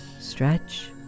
stretch